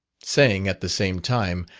saying at the same time,